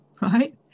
right